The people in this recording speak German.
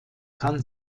kann